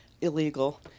illegal